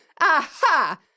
Aha